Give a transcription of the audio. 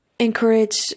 Encourage